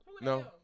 No